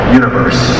universe